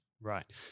Right